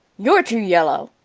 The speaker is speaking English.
you're too yellow!